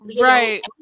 right